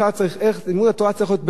לימוד התורה צריך להיות ברצף,